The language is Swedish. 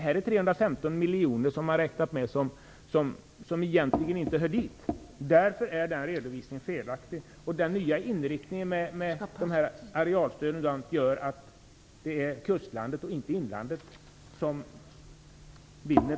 Socialdemokraterna har räknat med 315 miljoner som egentligen inte hör dit. Därför är den redovisningen felaktig. Den nya inriktningen på arealstöden gör att det är kustlandet och inte inlandet som vinner.